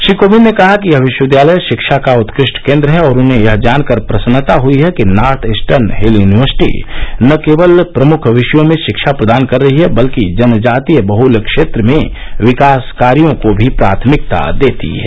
श्री कोविंद ने कहा कि यह विश्वविद्यालय शिक्षा का उत्कृष्ट केन्द्र है और उन्हें यह जानकर प्रसन्नता हुई है कि नार्थ ईस्टर्न हिल यूनिवर्सिटी न केवल प्रमुख विषयों में शिक्षा प्रदान कर रही बल्कि जनजातीय बहल क्षेत्र में विकास कार्यों को भी प्राथमिकता देती है